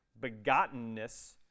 Begottenness